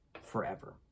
forever